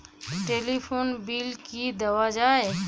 Telephone bill কি দেওয়া যায়?